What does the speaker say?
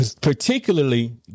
Particularly